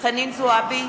חנין זועבי,